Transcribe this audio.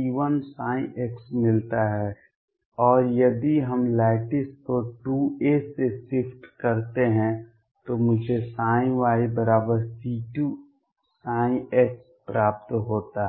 yC1x मिलता है और यदि हम लैटिस को 2 a से शिफ्ट करते हैं तो मुझे yC2x प्राप्त होता है